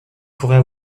pourrait